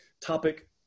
topic